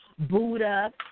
buddha